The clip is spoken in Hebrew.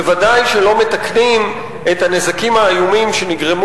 בוודאי שלא מתקנים את הנזקים האיומים שנגרמו